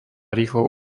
rýchlo